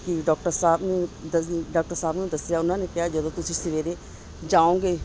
ਕਿ ਡੋਕਟਰ ਸਾਹਿਬ ਦ ਡਾਕਟਰ ਸਾਹਿਬ ਨੂੰ ਦੱਸਿਆ ਉਨ੍ਹਾਂ ਨੇ ਕਿਹਾ ਜਦੋਂ ਤੁਸੀਂ ਸਵੇਰੇ ਜਾਓਂਗੇ